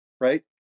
right